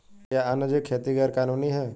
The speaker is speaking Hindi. क्या वन्यजीव खेती गैर कानूनी है?